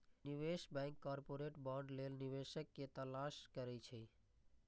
निवेश bank corporate bond लेल निवेशक के तलाश करै छै